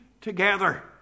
together